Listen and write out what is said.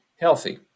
healthy